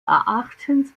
erachtens